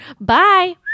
Bye